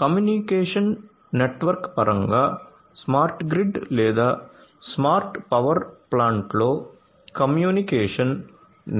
communication network పరంగా smart grid లేదా smart power ప్లాంట్లో కమ్యూనికేషన్